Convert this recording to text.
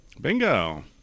bingo